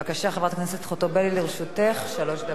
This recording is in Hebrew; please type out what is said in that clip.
בבקשה, חברת הכנסת חוטובלי, לרשותך שלוש דקות.